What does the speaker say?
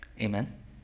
Amen